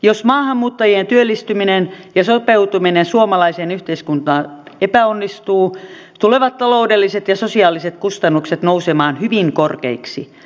jos maahanmuuttajien työllistyminen ja sopeutuminen suomalaiseen yhteiskuntaan epäonnistuu tulevat taloudelliset ja sosiaaliset kustannukset nousemaan hyvin korkeiksi